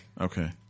Okay